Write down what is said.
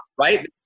right